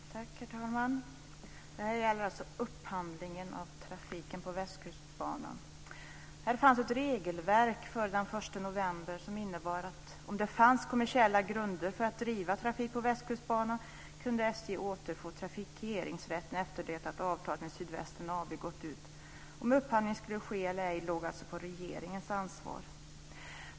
Herr talman! Det här gäller alltså upphandlingen av trafiken på Västkustbanan. Här fanns det ett regelverk före den 1 november som innebar att om det fanns kommersiella grunder för att driva trafik på Västkustbanan kunde SJ återfå trafikeringsrätten efter det att avtalet med Sydvästen AB gått ut. Om upphandlingen skulle ske eller ej låg alltså inom regeringens ansvarsområde.